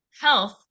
health